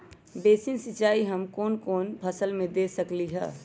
Basin सिंचाई हम कौन कौन फसल में दे सकली हां?